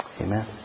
Amen